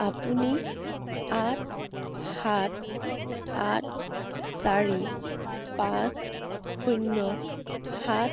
আপুনি আঠ সাত আঠ চাৰি পাঁচ শূন্য সাত